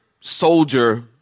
soldier